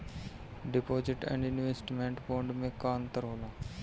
Deposit and investment bond मे का अंतर होला?